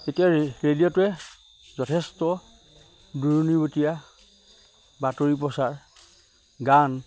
এতিয়া ৰেডিঅ'টোৱে যথেষ্ট দূৰণিবতীয়া বাতৰি প্ৰচাৰ গান